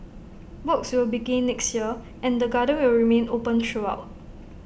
works will begin next year and the garden will remain open throughout